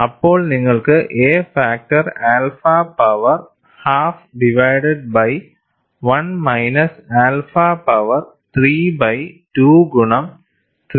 അപ്പോൾ നിങ്ങൾക്ക് a factor alpha power half divided by 1 minus alpha power 3 by 2 ഗുണം 3